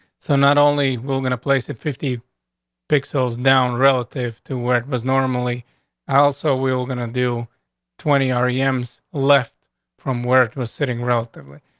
so not only were gonna place it fifty pixels down relative to where it was normally also, we're gonna and dio twenty rpm's left from where it was sitting relatively.